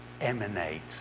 emanate